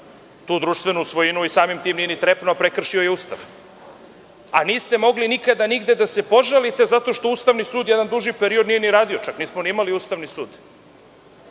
tu društvenu svojinu i samim tim nije ni trepnuo a prekršio je Ustav. Niste mogli nikada nigde da se požalite zato što Ustavni sud jedan duži period nije radio, nismo ni imali Ustavni sud.